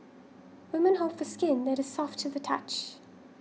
women hope for skin that is soft to the touch